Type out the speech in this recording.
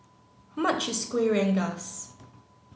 how much is Kuih Rengas